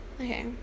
Okay